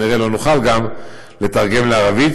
וכנראה גם לא נוכל לתרגם אותו לערבית,